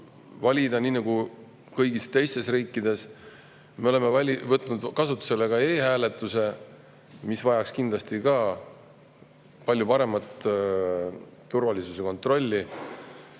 nii nagu kõigis teistes riikides. Me oleme võtnud kasutusele ka e‑hääletuse, mis vajaks kindlasti palju paremat turvalisuse kontrolli.